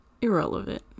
Irrelevant